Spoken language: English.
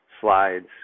slides